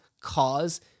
cause